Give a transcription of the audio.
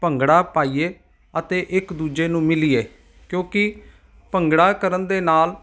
ਭੰਗੜਾ ਪਾਈਏ ਅਤੇ ਇੱਕ ਦੂਜੇ ਨੂੰ ਮਿਲੀਏ ਕਿਉਂਕਿ ਭੰਗੜਾ ਕਰਨ ਦੇ ਨਾਲ